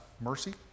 mercy